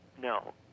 No